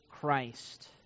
Christ